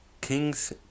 King's